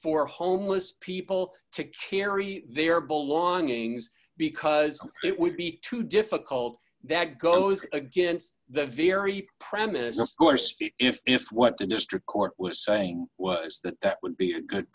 for homeless people to carry their belongings because it would be too difficult that goes against the very premise of course if what the district court was saying was that that would be a good